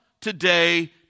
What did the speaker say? today